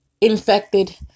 infected